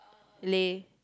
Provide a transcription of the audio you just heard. lay